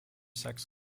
sex